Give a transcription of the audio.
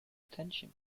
attention